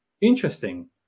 interesting